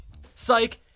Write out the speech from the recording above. Psych